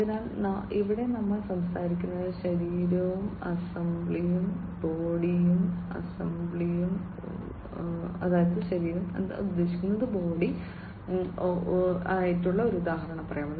അതിനാൽ ഇവിടെ നമ്മൾ സംസാരിക്കുന്നത് ശരീരവും അസംബ്ലിയും ബോഡിയും അസംബ്ലിയും ഒരു ഉദാഹരണം പറയാം